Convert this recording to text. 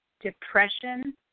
depression